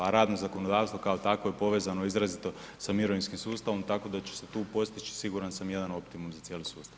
A radno zakonodavstvo kao takvo je povezano izrazito sa mirovinskim sustavom tako da će se tu postići siguran sam jedan optimum za cijeli sustav.